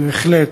בהחלט.